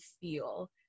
feel